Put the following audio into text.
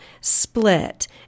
split